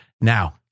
Now